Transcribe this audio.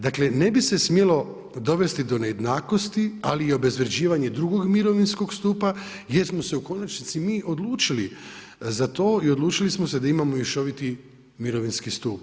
Dakle, ne bi se smjelo dovesti do nejednakosti ali i obezvređivanje drugog mirovinskog stupa jer smo se u konačnici mi odlučili za to i odlučili smo se da imamo mješoviti mirovinski stup.